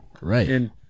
Right